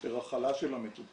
יותר הכלה של המטופל.